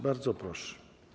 Bardzo proszę.